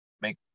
make